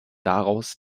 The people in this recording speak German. daraus